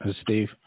Steve